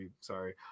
Sorry